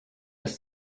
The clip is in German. das